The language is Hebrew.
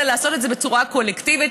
אלא לעשות את זה בצורה קולקטיבית,